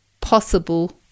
possible